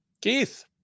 Keith